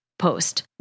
post